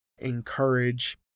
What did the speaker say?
encourage